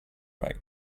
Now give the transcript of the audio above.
rate